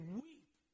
weep